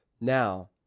now